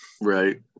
Right